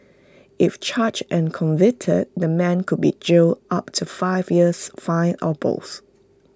if charged and convicted the man could be jailed up to five years fined or both